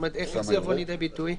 איפה זה יבוא לידי ביטוי?